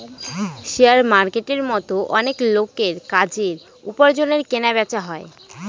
share মার্কেটের মতো অনেক লোকের কাজের, উপার্জনের কেনা বেচা হয়